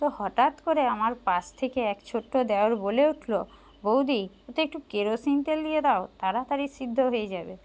তো হঠাৎ করে আমার পাশ থেকে এক ছোট্ট দেওর বলে উঠল বৌদি ওতে একটু কেরোসিন তেল দিয়ে দাও তাড়াতাড়ি সিদ্ধ হয়ে যাবে